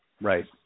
right